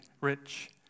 rich